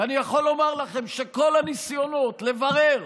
ואני יכול לומר לכם שכל הניסיונות לברר